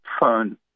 phone